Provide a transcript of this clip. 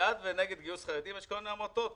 בעד ונגד גיוס חרדים יש כל מיני עמותות.